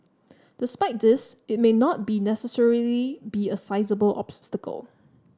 despite this it may not necessarily be a sizeable obstacle